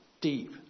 deep